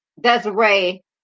Desiree